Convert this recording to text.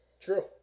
True